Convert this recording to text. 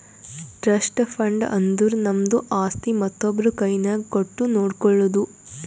trust fund ಅಂದುರ್ ನಮ್ದು ಆಸ್ತಿ ಮತ್ತೊಬ್ರು ಕೈನಾಗ್ ಕೊಟ್ಟು ನೋಡ್ಕೊಳೋದು